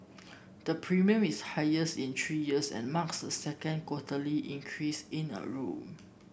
the premium is the highest in three years and marks the second quarterly increase in a row